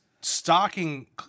stalking